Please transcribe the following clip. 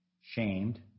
shamed